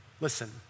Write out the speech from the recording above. Listen